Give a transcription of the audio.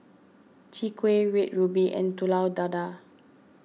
Chwee Kueh Red Ruby and Telur Dadah